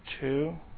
two